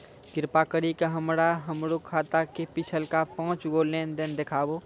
कृपा करि के हमरा हमरो खाता के पिछलका पांच गो लेन देन देखाबो